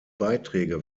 beiträge